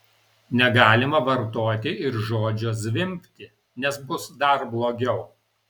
negalima vartoti ir žodžio zvimbti nes bus dar blogiau